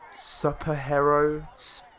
Superhero